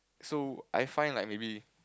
so I find like maybe